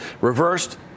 Reversed